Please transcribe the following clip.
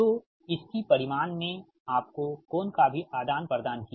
तो इसकी परिमाण ने आपको कोण का भी आदान प्रदान किया